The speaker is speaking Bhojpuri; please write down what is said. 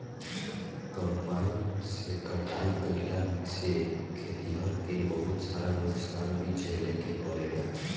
कंबाइन से कटाई कईला से खेतिहर के बहुत सारा नुकसान भी झेले के पड़ेला